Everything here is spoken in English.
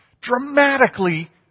dramatically